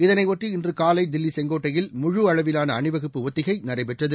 இதைபொட்டி இன்று காலை தில்லி செங்கோட்டையில் முழு அளவிலான அணிவகுப்பு ஒத்திகை நடைபெற்றது